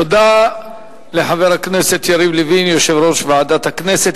תודה לחבר הכנסת יריב לוין, יושב-ראש ועדת הכנסת.